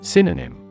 Synonym